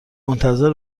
منتظر